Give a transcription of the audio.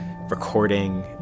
recording